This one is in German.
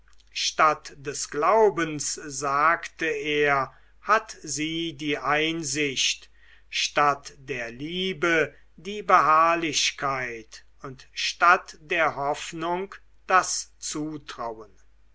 statt des glaubens sagte er hat sie die einsicht statt der liebe die beharrlichkeit und statt der hoffnung das zutrauen